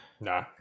Nah